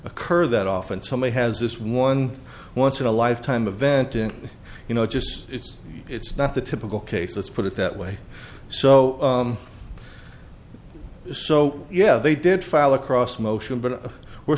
occur that often somebody has this one once in a lifetime event and you know just it's not the typical case let's put it that way so so yeah they did file across motion but were